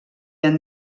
han